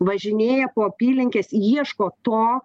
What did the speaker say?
važinėja po apylinkes ieško to